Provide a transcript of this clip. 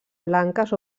blanques